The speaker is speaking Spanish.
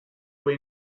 fue